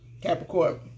Capricorn